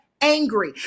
angry